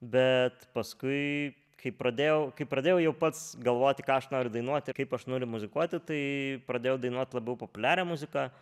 bet paskui kai pradėjau kai pradėjau jau pats galvoti ką aš noriu dainuoti kaip aš noriu muzikuoti tai pradėjau dainuot labiau populiarią muziką